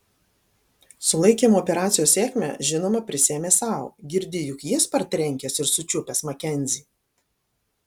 sulaikymo operacijos sėkmę žinoma prisiėmė sau girdi juk jis partrenkęs ir sučiupęs makenzį